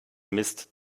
mist